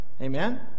Amen